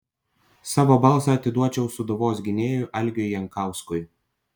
savo balsą atiduočiau sūduvos gynėjui algiui jankauskui